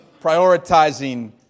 prioritizing